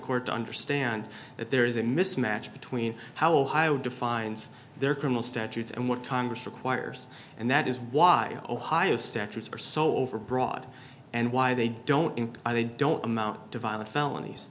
court to understand that there is a mismatch between how ohio defines their criminal statutes and what congress requires and that is why ohio statutes are so overbroad and why they don't think they don't amount to violent felonies